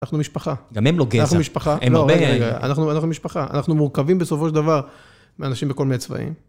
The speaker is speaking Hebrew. אנחנו משפחה. גם הם לא גזע. אנחנו משפחה. הם הרבה... אנחנו משפחה, אנחנו מורכבים בסופו של דבר מאנשים בכל מיני צבעים.